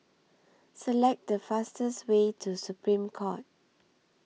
Select The fastest Way to Supreme Court